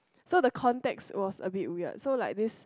so the context was a bit weird so like this